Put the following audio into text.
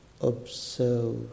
observe